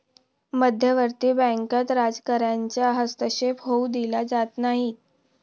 मध्यवर्ती बँकेत राजकारणाचा हस्तक्षेप होऊ दिला जात नाही